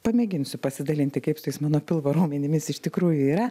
pamėginsiu pasidalinti kaip su tais mano pilvo raumenimis iš tikrųjų yra